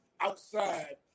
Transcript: outside